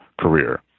career